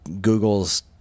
google's